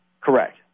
Correct